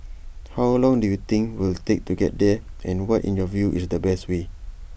how long do you think we'll take to get there and what in your view is the best way